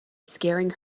scaring